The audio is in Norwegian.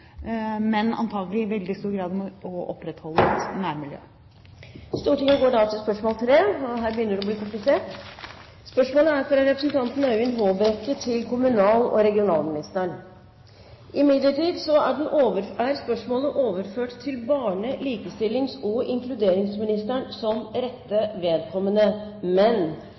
men antakelig i veldig stor grad om å opprettholde et nærmiljø. Her begynner det å bli komplisert! Dette spørsmålet, fra Øyvind Håbrekke til kommunal- og regionalministeren, er overført til barne-, likestillings- og inkluderingsministeren som rette vedkommende. Spørsmålet besvares imidlertid av kunnskapsministeren på vegne av barne-, likestillings- og inkluderingsministeren, som